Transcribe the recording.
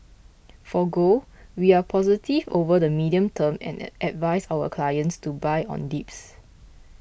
for gold we are positive over the medium term and advise our clients to buy on dips